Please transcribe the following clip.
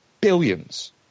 billions